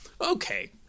Okay